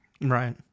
Right